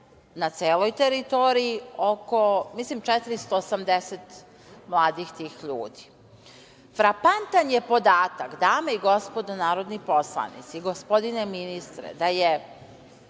na celoj teritoriji oko 480 tih mladih ljudi. Frapantan je podatak, dame i gospodo narodni poslanici, gospodine ministre, da je